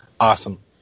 Awesome